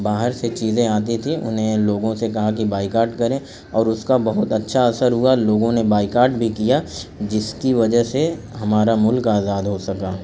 باہر سے چیزیں آتی تھیں انہیں لوگوں سے کہا کہ بائیکاٹ کریں اور اس کا بہت اچھا اثر ہوا لوگوں نے بائیکاٹ بھی کیا جس کی وجہ سے ہمارا ملک آزاد ہو سکا